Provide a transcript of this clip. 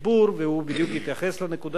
והוא התייחס בדיוק לנקודה הזאת,